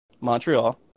Montreal